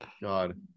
God